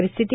परिस्थिती